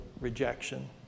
rejection